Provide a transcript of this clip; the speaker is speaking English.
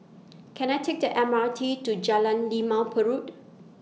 Can I Take The M R T to Jalan Limau Purut